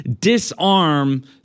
disarm